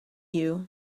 you